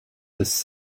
this